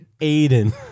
Aiden